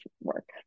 work